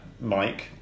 Mike